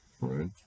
right